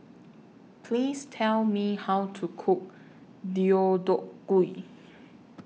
Please Tell Me How to Cook Deodeok Gui